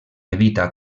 evita